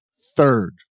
third